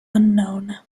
unknown